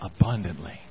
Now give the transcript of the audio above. abundantly